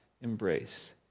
embrace